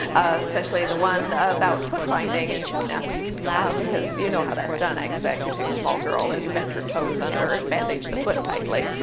especially the one about foot binding in china because you know how that's done, i expect. you take a small girl and you bend her toes under and bandage the foot tightly,